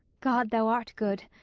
god, thou art good!